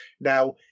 Now